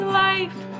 life